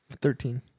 Thirteen